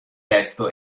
testo